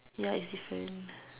ya it's different